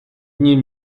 ním